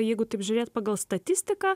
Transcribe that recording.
jeigu taip žiūrėt pagal statistiką